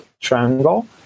triangle